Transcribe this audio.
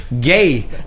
gay